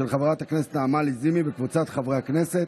של חברת הכנסת נעמה לזימי וקבוצת חברי הכנסת.